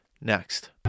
next